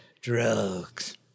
drugs